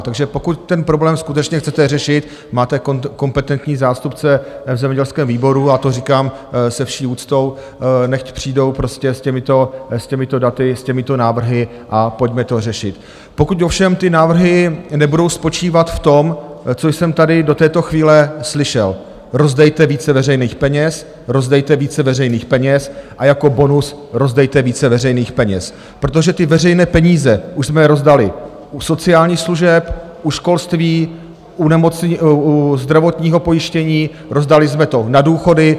Takže pokud ten problém skutečně chcete řešit, máte kompetentní zástupce v zemědělském výboru, a to říkám se vší úctou, nechť přijdou s těmito daty, s těmito návrhy a pojďme to řešit, pokud ovšem ty návrhy nebudou spočívat v tom, co jsem tady do této chvíle slyšel: Rozdejte více veřejných peněz, rozdejte více veřejných peněz a jako bonus rozdejte více veřejných peněz, protože ty veřejné peníze už jsme rozdali u sociálních služeb, u školství, u zdravotního pojištění, rozdali jsme to na důchody.